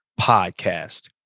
Podcast